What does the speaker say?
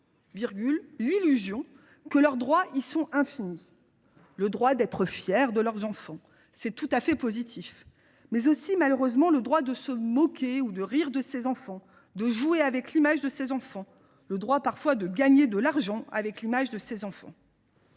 l’illusion que leurs droits sont infinis : le droit d’être fiers de leurs enfants – c’est tout à fait positif –, mais aussi malheureusement le droit de se moquer ou de rire de ses enfants, de jouer avec l’image de ses enfants, ou encore le droit de gagner de l’argent avec l’image de ses enfants.